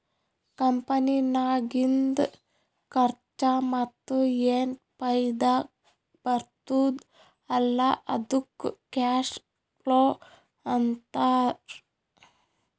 ಕಂಪನಿನಾಗಿಂದ್ ಖರ್ಚಾ ಮತ್ತ ಏನ್ ಫೈದಾ ಬರ್ತುದ್ ಅಲ್ಲಾ ಅದ್ದುಕ್ ಕ್ಯಾಶ್ ಫ್ಲೋ ಅಂತಾರ್